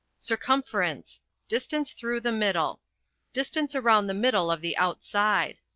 circumference distance through the middle distance around the middle of the outside.